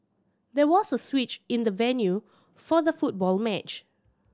there was a switch in the venue for the football match